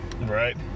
right